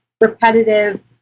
repetitive